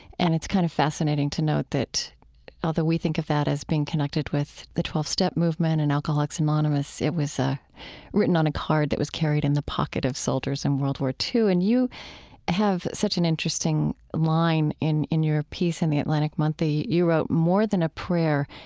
and it's kind of fascinating to note that although we think of that as being connected with the twelve step movement and alcoholics anonymous, it was ah written on a card that was carried in the pocket of soldiers in world war ii. and you have such an interesting line in in your piece in the atlantic monthly. you wrote, more than a prayer,